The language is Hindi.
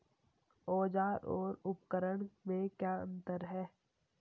औज़ार और उपकरण में क्या अंतर है?